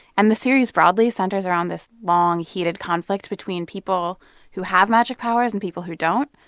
and the series probably centers around this long, heated conflict between people who have magic powers and people who don't.